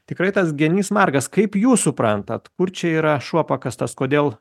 tikrai tas genys margas kaip jūs suprantat kur čia yra šuo pakastas kodėl